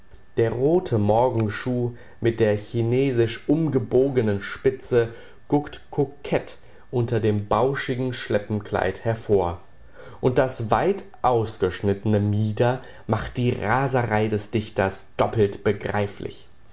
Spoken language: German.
der rote morgenschuh mit der chinesisch umgebogenen spitze guckt kokett unter dem bauschigen schleppenkleid hervor und das weit ausgeschnittene mieder macht die raserei des dichters doppelt begreiflich